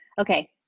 Okay